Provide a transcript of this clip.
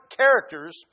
characters